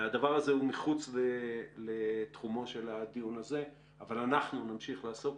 הדבר הזה הוא מחוץ לתחומו של הדיון הזה אבל אנחנו נמשיך לעסוק